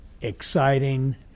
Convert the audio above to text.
exciting